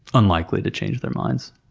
unlikely to change their minds.